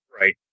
Right